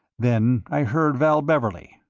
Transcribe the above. then i heard val beverley.